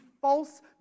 false